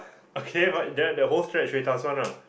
okay but there the whole stretch Ruida's one lah